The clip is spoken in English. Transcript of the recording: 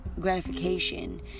gratification